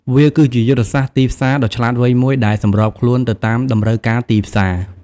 វាគឺជាយុទ្ធសាស្ត្រទីផ្សារដ៏ឆ្លាតវៃមួយដែលសម្របខ្លួនទៅតាមតម្រូវការទីផ្សារ។